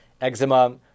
eczema